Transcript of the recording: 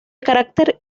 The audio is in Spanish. carácter